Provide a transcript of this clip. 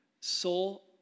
soul